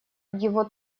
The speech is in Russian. его